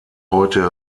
heute